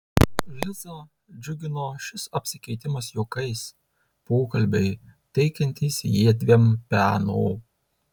lizą džiugino šis apsikeitimas juokais pokalbiai teikiantys jiedviem peno